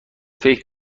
فکر